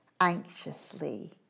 anxiously